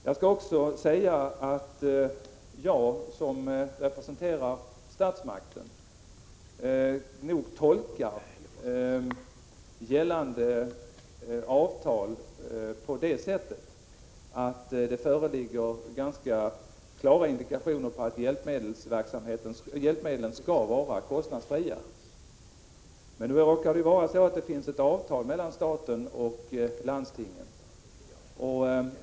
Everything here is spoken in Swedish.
Jag vill också säga att jag som representerar statsmakten tolkar gällande avtal på så sätt att det föreligger ganska klara indikationer på att hjälpmedlen skall vara kostnadsfria. Nu råkar det ju vara så, att det finns ett avtal mellan staten och landstingen.